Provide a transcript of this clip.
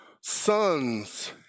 sons